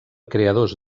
creadors